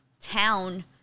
town